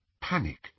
panic